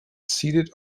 seated